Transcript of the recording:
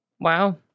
Wow